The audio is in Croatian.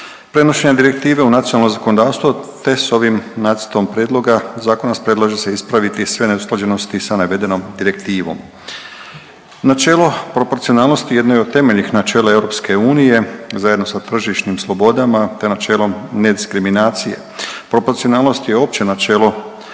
prenošenja direktive u nacionalno zakonodavstvo te s ovim nacrtom prijedloga zakona predlaže se ispraviti sve neusklađenosti sa navedenom direktivom. Načelo proporcionalnosti jedno je od temeljnih načela EU zajedno sa tržišnim slobodama te načelom nediskriminacije. Proporcionalnost je opće načelo